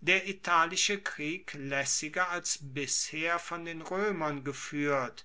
der italische krieg laessiger als bisher von den roemern gefuehrt